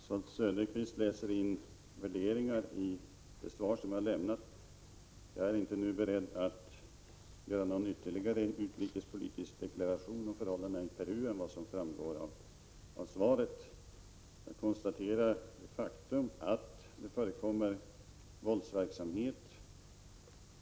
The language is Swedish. Herr talman! Oswald Söderqvist läser in värderingar i det svar som jag har lämnat. Jag är inte beredd att nu göra någon ytterligare utrikespolitisk deklaration om förhållandena i Peru utöver vad som framgår av svaret. Jag konstaterar faktum, nämligen att det förekommer våldsverksamhet.